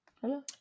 Hello